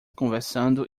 conversando